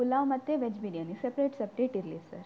ಪುಲಾವ್ ಮತ್ತು veg biryani separate separate ಇರಲಿ sir